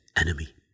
enemy